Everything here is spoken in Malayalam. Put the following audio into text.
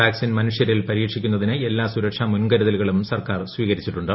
വാക്സിൻ മനുഷ്യരിൽ പരീക്ഷിക്കുന്നതിന് എല്ലാ സുരക്ഷാ മുൻകരുതലുകളും സർക്കാർ സ്വീകരിച്ചിട്ടുണ്ട്